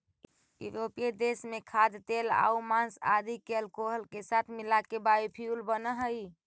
यूरोपीय देश में खाद्यतेलआउ माँस आदि के अल्कोहल के साथ मिलाके बायोफ्यूल बनऽ हई